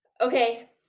okay